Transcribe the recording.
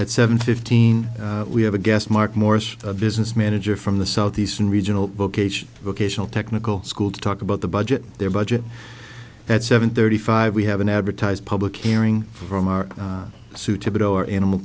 at seven fifteen we have a guest mark morris a business manager from the southeastern regional vocation vocational technical school to talk about the budget their budget at seven thirty five we have an advertised public hearing from our suitable or animal